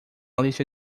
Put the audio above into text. lista